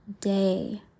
day